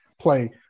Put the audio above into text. play